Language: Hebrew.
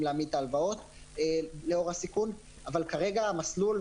להעמיד את ההלוואות לאור הסיכון אבל כרגע המסלול,